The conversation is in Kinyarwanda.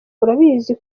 urabizi